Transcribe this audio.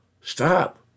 Stop